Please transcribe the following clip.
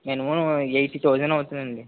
minimum eighty thousand అవుతదండి